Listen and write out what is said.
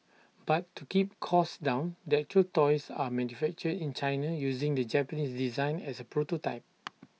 but to keep costs down the actual toys are manufactured in China using the Japanese design as A prototype